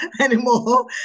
anymore